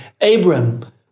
Abram